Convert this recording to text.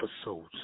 episodes